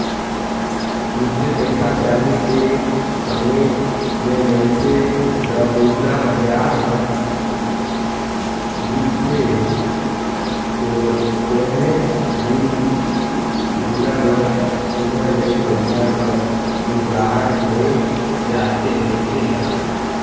तुरते पइसा चाही ते समे में मइनसे ल मुद्रा बजार हर दिखथे थोरहें दिन दुरा बर सुग्घर ले पइसा कर जुगाड़ होए जाथे मइनसे ल